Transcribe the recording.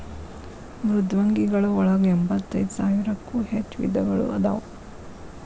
ಮೃದ್ವಂಗಿಗಳ ಒಳಗ ಎಂಬತ್ತೈದ ಸಾವಿರಕ್ಕೂ ಹೆಚ್ಚ ವಿಧಗಳು ಅದಾವ